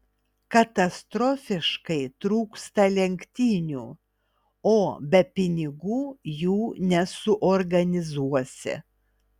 katastrofiškai trūksta lenktynių o be pinigų jų nesuorganizuosi